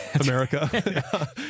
America